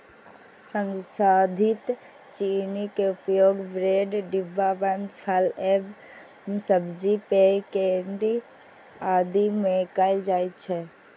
संसाधित चीनी के उपयोग ब्रेड, डिब्बाबंद फल एवं सब्जी, पेय, केंडी आदि मे कैल जाइ छै